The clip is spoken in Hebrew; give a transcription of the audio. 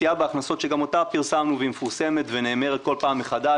הסטייה בהכנסות שגם אותה פרסמנו והיא מפורסמת והיא נאמרת כל פעם מחדש,